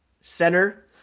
center